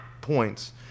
points